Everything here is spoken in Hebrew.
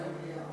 תעשה מליאה.